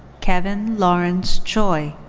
kevin lawrence choi.